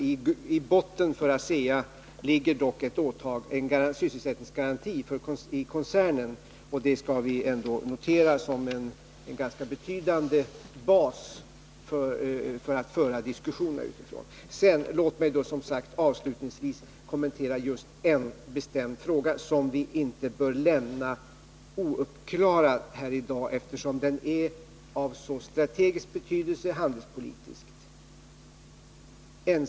I botten när det gäller ASEA ligger dock en sysselsättningsgaranti i koncernen, och det skall vi ändå notera som en ganska betydande bas utifrån vilken diskussionerna kan föras. ; Låt mig avslutningsvis kommentera en bestämd fråga, som vi inte kan lämna ouppklarad här i dag eftersom den är av så stor strategisk betydelse handelspolitiskt sett.